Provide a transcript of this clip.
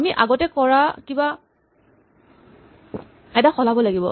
আমি আগতে কৰা কিবা এটা সলাব লাগিব